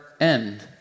end